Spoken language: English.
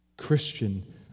Christian